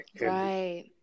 Right